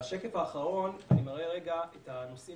בשקף האחרון אני מראה את הנושאים